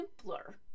simpler